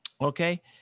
Okay